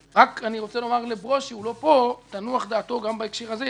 אני רוצה לומר לברושי הוא לא פה שתנוח דעתו גם בהקשר הזה,